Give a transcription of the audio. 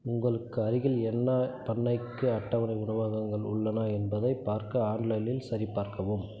உங்களுக்கு அருகில் என்ன பண்ணைக்கு அட்டவணை உணவகங்கள் உள்ளன என்பதைப் பார்க்க ஆன்லைனில் சரிபார்க்கவும்